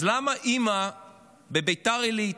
אז למה אימא בביתר עילית,